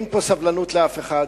אין פה סבלנות לאף אחד.